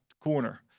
corner